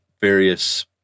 various